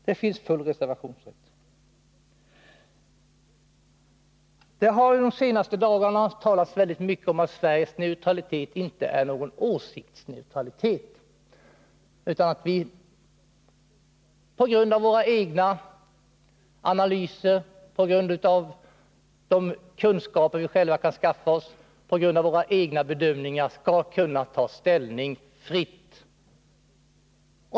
Det finns full reservationsrätt. Det har under de senaste dagarna talats mycket om att Sveriges neutralitet inte är någon åsiktsneutralitet, utan att vi på grund av våra egna analyser, på grund av de kunskaper vi själva kan skaffa oss och på grund av våra egna bedömningar skall kunna ta ställning fritt.